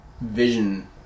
vision